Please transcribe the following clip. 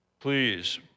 please